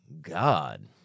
God